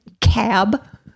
cab